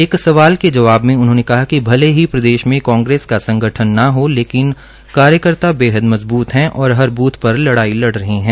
एक सवाल के जवाब में उन्होंने कहा कि भले ही प्रदेश में कांग्रेस का संगठन न हो लेकिन कार्यकर्ता बेहद मजबूत हैं और हर बूथ पर लड़ाई लड़ रहे हैं